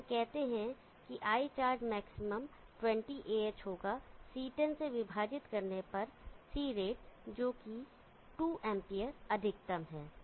तो हम कहते हैं Icharge मैक्सिमम 20 Ah होगा C10 से विभाजित करने पर C रेट जो कि 2 amp अधिकतम है